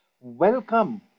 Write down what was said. welcome